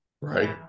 right